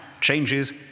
changes